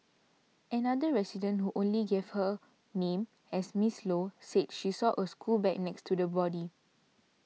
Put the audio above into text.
another resident who only gave her name as Miss Low said she saw a school bag next to the body